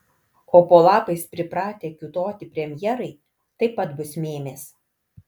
o po lapais pripratę kiūtoti premjerai taip pat bus mėmės